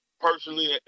personally